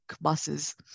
buses